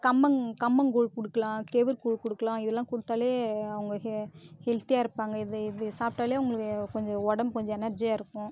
கம்மங் கம்மங்கூழ் கொடுக்கலாம் கேவுர் கூழ் கொடுக்கலாம் இதெல்லாம் கொடுத்தாலே அவங்க ஹெ ஹெல்த்தியாக இருப்பாங்க இது இது சாப்பிட்டாலே அவர்களுக்கு கொஞ்சம் உடம்பு கொஞ்சம் எனர்ஜியாக இருக்கும்